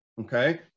Okay